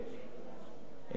לא יודע אם להגיד לשלול ממני,